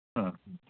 ആ